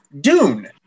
Dune